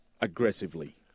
aggressively